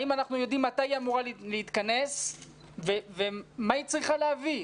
האם אנחנו יודעים מתי היא אמורה להתכנס ומה היא צריכה להביא?